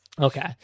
okay